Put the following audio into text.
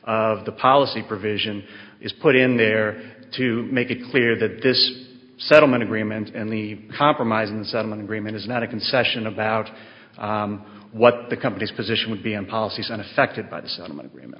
of the policy provision is put in there to make it clear that this settlement agreement and the compromise and settling agreement is not a concession about what the company's position would be in policies unaffected by the settlement agreement